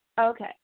Okay